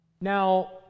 Now